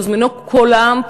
הוזמנו כולם,